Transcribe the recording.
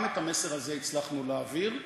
גם את המסר הזה הצלחנו להעביר.